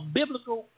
biblical